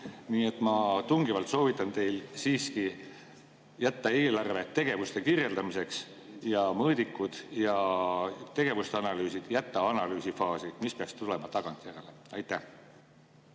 Nii et ma tungivalt soovitan teil siiski jätta eelarve tegevuste kirjeldamiseks ning mõõdikud ja tegevuste analüüsid jätta analüüsi faasi, mis peaks tulema tagantjärele. Aitäh!